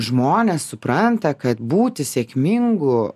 žmonės supranta kad būti sėkmingu